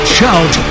Shout